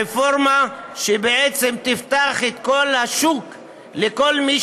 רפורמה שבעצם תפתח את כל השוק לכל מי